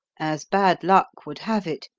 as bad luck would have it,